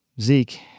zeke